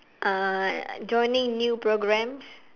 uh joining new programs